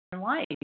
life